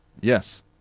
Yes